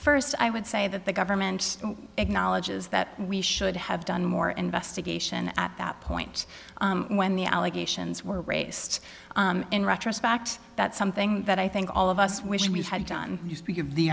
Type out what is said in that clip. first i would say that the government acknowledges that we should have done more investigation at that point when the allegations were raised in retrospect that's something that i think all of us wish we had done you speak of the